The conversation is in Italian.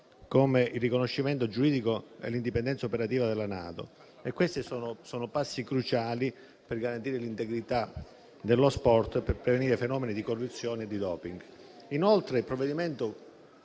come il riconoscimento giuridico e l'indipendenza operativa della Nado. Si tratta di passi cruciali per garantire l'integrità dello sport e prevenire fenomeni di corruzione e di *doping*.